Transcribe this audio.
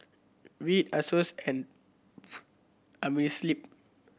Veet Asos and Amerisleep